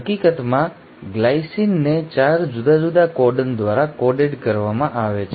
હકીકતમાં ગ્લાયસિનને ૪ જુદા જુદા કોડોન દ્વારા કોડેડ કરવામાં આવે છે